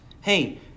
Hey